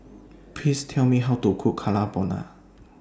Please Tell Me How to Cook Carbonara